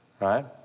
right